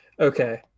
Okay